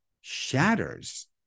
shatters